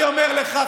אבל אני אומר לך,